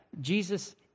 Jesus